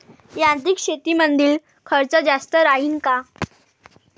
यांत्रिक शेतीमंदील खर्च जास्त राहीन का?